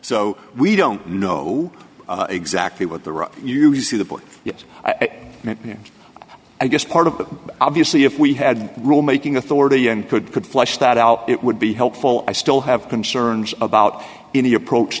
so we don't know exactly what the right you see the board yet i guess part of that obviously if we had rule making authority and could could flesh that out it would be helpful i still have concerns about in the approach